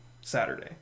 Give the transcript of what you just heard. Saturday